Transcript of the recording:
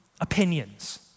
Opinions